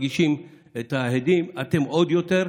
אנחנו מרגישים את ההדים, אתם עוד יותר.